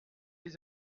les